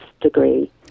degree